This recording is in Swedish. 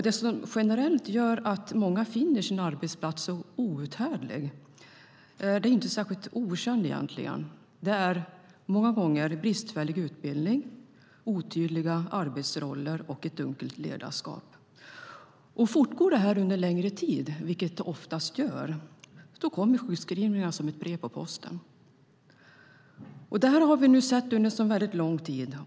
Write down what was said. Det som generellt gör att många finner sin arbetsplats så outhärdlig är inte särskilt okänt. Det är många gånger bristfällig utbildning, otydliga arbetsroller och ett dunkelt ledarskap. Fortgår det under en längre tid, vilket det oftast gör, kommer sjukskrivningarna som ett brev på posten. Det här har vi sett nu under mycket lång tid.